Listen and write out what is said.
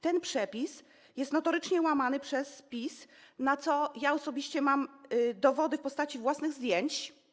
Ten przepis jest notorycznie łamany przez PiS, na co osobiście mam dowody w postaci własnych zdjęć.